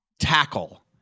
tackle